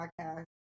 podcast